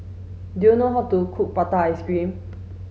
do you know how to cook prata ice cream